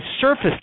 surface